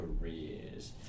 careers